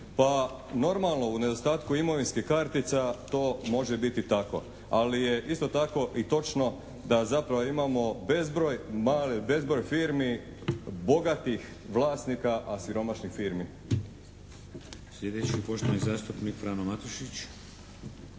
Pa, normalno u nedostatku imovinskih kartica to može biti tako ali je isto tako i točno da zapravo imamo bezbroj firmi bogatih vlasnika a siromašnih firmi.